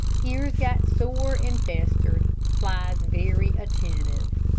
ears got sore and festered, flies very attentive.